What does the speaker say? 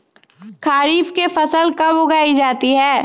खरीफ की फसल कब उगाई जाती है?